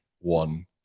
one